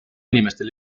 inimestel